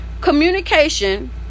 communication